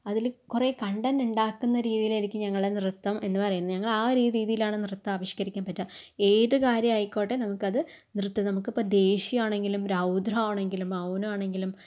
അതില് കുറെ കൺടെന്റ് ഉണ്ടാക്കുന്ന രീതിയിലായിരിക്കും ഞങ്ങള് നൃത്തം എന്ന് പറയുന്നത് ഞങ്ങൾ ആ ഒരു രീതിയിലായിരിക്കും ആവിഷ്കരിക്കാൻ പറ്റുക ഏതു കാര്യം ആയിക്കോട്ടെ നമുക്കത് നൃത്തം നമുക്ക് ഇപ്പോൾ ദേഷ്യമാണെങ്കിലും രൗദ്രാണെങ്കിലും മൗനാണെങ്കിലും